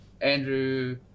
Andrew